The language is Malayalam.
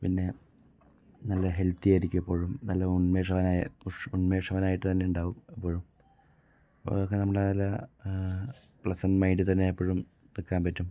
പിന്നെ നല്ല ഹെൽത്തി ആയിരിയ്ക്കും എപ്പോഴും നല്ല ഉന്മേഷവാനായ പുഷ് ഉന്മേഷവാനായിട്ട് തന്നെ ഉണ്ടാകും എപ്പോഴും അതൊക്കെ നമ്മുടെ നല്ല പ്ലെസന്റ് മൈൻഡിൽ തന്നെ എപ്പോഴും നിൽക്കാൻ പറ്റും